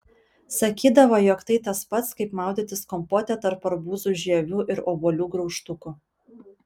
sakydavo jog tai tas pats kaip maudytis kompote tarp arbūzų žievių ir obuolių graužtukų